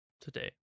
today